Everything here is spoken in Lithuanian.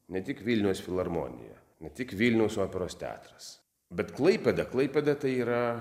ne tik vilniaus filharmonija ne tik vilniaus operos teatras bet klaipėda klaipėda tai yra